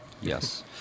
Yes